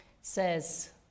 says